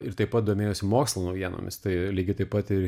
ir taip pat domėjosi mokslo naujienomis tai lygiai taip pat ir